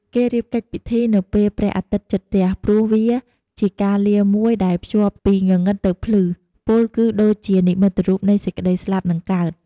គេរៀបកិច្ចពិធីនៅពេលព្រះអាទិត្យជិតរះ ព្រោះវាជាការលាមួយដែលភ្ជាប់ពីងងឹតទៅភ្លឺ ពោលគឺដូចជានិមិត្តរូបនៃ សេចក្តីស្លាប់ និងកើត។